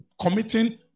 committing